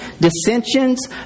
dissensions